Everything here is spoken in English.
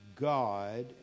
God